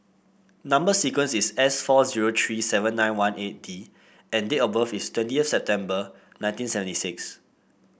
number sequence is S four zero three seven nine one eight D and date of birth is twenty of September One Thousand nine hundred and seventy six